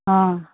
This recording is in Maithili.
हँ